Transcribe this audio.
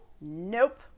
Nope